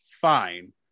fine